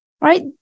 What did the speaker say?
right